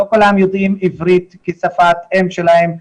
לא כולם יודעים עברית כשפת אם שלהם,